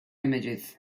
images